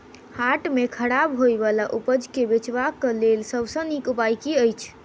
हाट मे खराब होय बला उपज केँ बेचबाक क लेल सबसँ नीक उपाय की अछि?